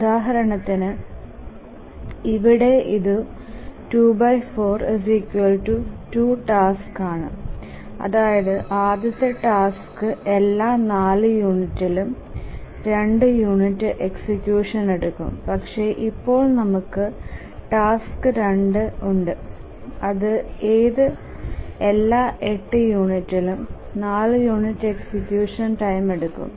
ഉദാഹരണത്തിന് ഇവിടെ ഇതു 2 42 ടാസ്ക്സ് ആണ് അതായത് ആദ്യത്തെ ടാസ്ക് എല്ലാ 4 യൂണിറ്റും 2യൂണിറ്റ് എക്സ്സിക്യൂഷ്ൻ എടുക്കും പക്ഷെ ഇപ്പോൾ നമുക്ക് ടാസ്ക് 2 ഉണ്ട് അതു എല്ലാ 8 യൂണിറ്റിലും 4 യൂണിറ്റ് എക്സ്സിക്യൂഷ്ൻ ടൈം എടുക്കും